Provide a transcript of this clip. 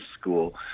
school